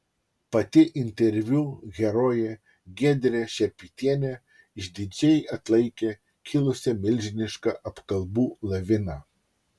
pati interviu herojė giedrė šerpytienė išdidžiai atlaikė kilusią milžinišką apkalbų laviną